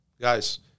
guys